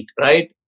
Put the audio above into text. right